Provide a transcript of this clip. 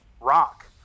Rock